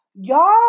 Y'all